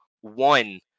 one